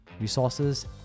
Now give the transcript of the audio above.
resources